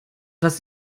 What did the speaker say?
dass